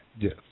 Yes